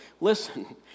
listen